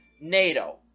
NATO